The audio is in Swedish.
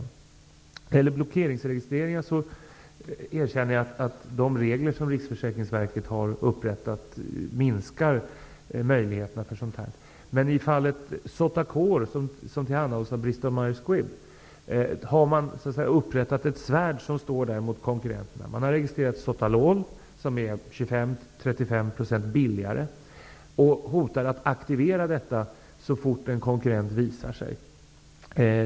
När det gäller blockeringsregistreringen erkänner jag att de regler som Riksförsäkringsverket har upprättat minskar möjligheterna i sammanhanget. Men i fallet Sotacor, som tillhandahålls av Bristol Meyer Squibb, har man så att säga upprättat ett svärd som står där mot konkurrenterna. Man har registrerat Sotalol, som är 25--35 % billigare, och hotar med en aktivering så fort en konkurrent visar sig.